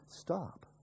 stop